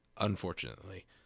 unfortunately